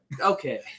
Okay